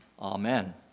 Amen